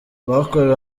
bakorewe